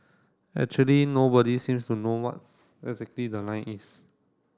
actually nobody seems to know what's exactly the line is